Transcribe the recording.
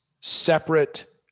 separate